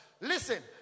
Listen